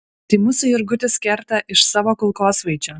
tai mūsų jurgutis kerta iš savo kulkosvaidžio